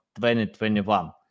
2021